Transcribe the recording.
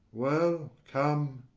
well, come,